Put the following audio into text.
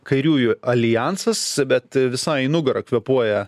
kairiųjų aljansas bet visai į nugarą kvėpuoja